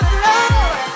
love